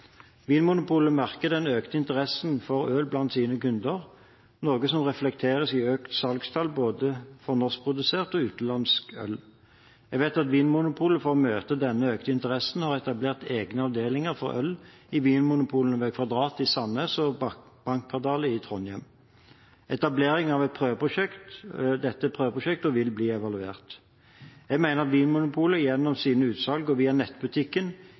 den økte interessen for øl blant sine kunder, noe som reflekteres i økte salgstall for både norskprodusert og utenlandsk øl. Jeg vet at Vinmonopolet for å møte den økte interessen har etablert egne avdelinger for øl i vinmonopolene ved Kvadrat i Sandnes og Bankkvartalet i Trondheim. Etableringen er et prøveprosjekt og vil bli evaluert. Jeg mener at Vinmonopolet, gjennom sine utsalg og via nettbutikken,